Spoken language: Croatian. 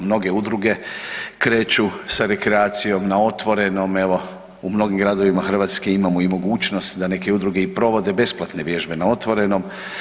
Mnoge udruge kreću sa rekreacijom na otvorenom evo u mnogim gradovima Hrvatske imamo i mogućnost da neke udruge i provode besplatne vježbe na otvorenom.